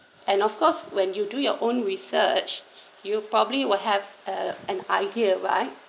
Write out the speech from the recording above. and of course when you do your own research you probably will have an idea right